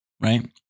right